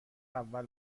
اول